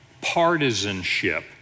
partisanship